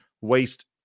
waste